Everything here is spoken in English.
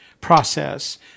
process